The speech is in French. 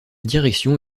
direction